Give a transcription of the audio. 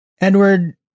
Edward